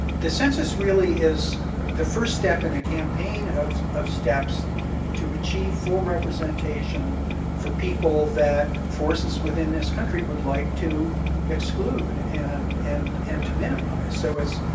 the census really is the first step in a campaign of of steps to achieve full representation for people that forces within this country would like to exclude and and and to minimize. so it's,